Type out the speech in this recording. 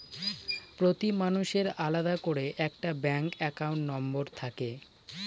প্রতি মানুষের আলাদা করে একটা ব্যাঙ্ক একাউন্ট নম্বর থাকে